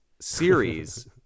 series